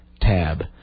tab